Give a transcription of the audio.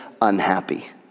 unhappy